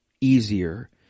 easier